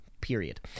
period